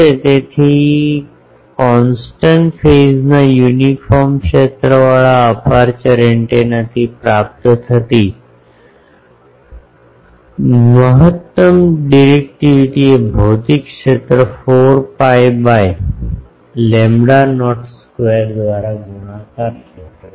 તેથી constant phase ના uniform ક્ષેત્રવાળા અપેર્ચર એન્ટેનાથી પ્રાપ્ત થતી મહત્તમ ડિરેકટીવીટી એ ભૌતિક ક્ષેત્ર 4 pi by lambda not square દ્વારા ગુણાકાર ક્ષેત્ર છે